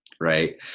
Right